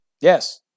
Yes